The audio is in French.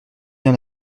bien